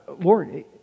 Lord